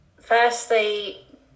firstly